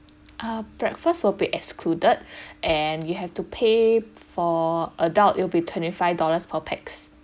err breakfast will be excluded and you have to pay for adult it'll be twenty five dollars per pax